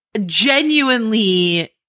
genuinely